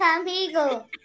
amigo